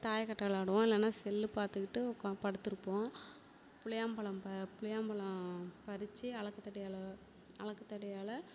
தாயக்கட்டை விளாடுவோம் இல்லைன்னா செல் பார்த்துக்கிட்டு உக்கா படுத்து இருப்போம் புளியாம்பழம் ப புளியம் பழம் பறிச்சு அலக்குத்தடியால் அலக்குத்தடியால்